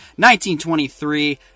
1923